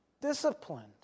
disciplined